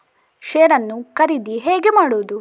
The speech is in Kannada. ಶೇರ್ ನ್ನು ಖರೀದಿ ಹೇಗೆ ಮಾಡುವುದು?